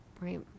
right